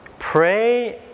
Pray